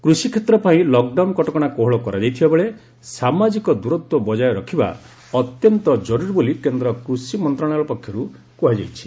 କୃଷି କ୍ଷେତ୍ର ପାଇଁ ଲକ୍ଡାଉନ କଟକଣା କୋହଳ କରାଯାଇଥିବା ବେଳେ ସାମାଜିକ ଦୂରତ୍ୱ ବଜାୟ ରଖିବା ଅତ୍ୟନ୍ତ କରୁରି ବୋଲି କେନ୍ଦ୍ର କୃଷି ମନ୍ତ୍ରଣାଳୟ ପକ୍ଷରୁ କୁହାଯାଇଛି